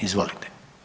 Izvolite.